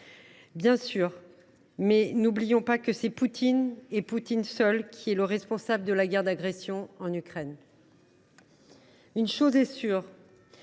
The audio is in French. bien sûr, mais n’oublions pas que c’est Poutine, et lui seul, qui est le responsable de la guerre d’agression en Ukraine. Une chose est sûre